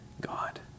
God